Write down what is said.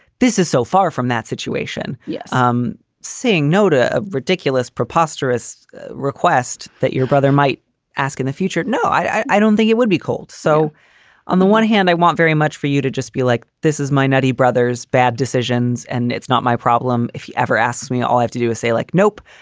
this is so far from that situation. situation. yeah um saying no to a ridiculous, preposterous request that your brother might ask in the future. no, i don't think it would be cold. so on the one hand, i want very much for you to just be like, this is my nutty brother's bad decisions and it's not my problem. if he ever asks me, i'll have to do a say like nope,